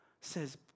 says